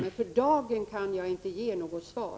Men för dagen kan jag inte ge något svar.